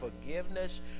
forgiveness